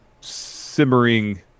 simmering